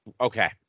Okay